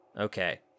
Okay